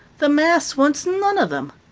the mass wants none of them.